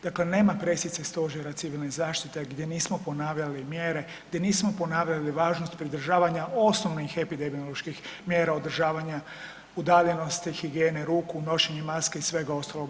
Dakle, nema pressice Stožera Civilne zaštite gdje nismo ponavljali mjere, gdje nismo ponavljali važnost pridržavanja osnovnih epidemioloških mjera održavanja udaljenosti, higijene ruku, nošenja maske i svega ostalog.